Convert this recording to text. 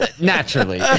naturally